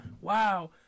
Wow